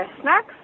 snacks